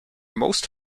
most